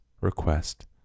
Request